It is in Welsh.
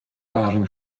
barn